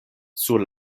sur